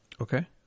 Okay